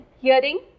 hearing